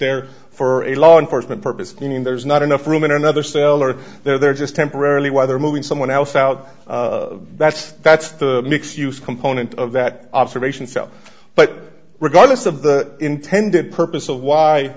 there for a law enforcement purpose meaning there's not enough room in another cell or they're just temporarily while they're moving someone else out that's that's the mixed use component of that observation so but regardless of the intended purpose of why